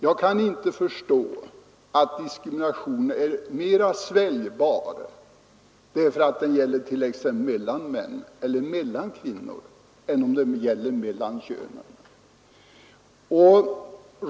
Jag kan inte förstå att diskrimineringen är mer sväljbar om den förekommer män emellan eller kvinnor emellan än om den förekommer mellan könen.